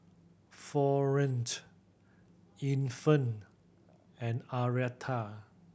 Florene Infant and Arietta